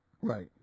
Right